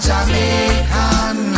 Jamaican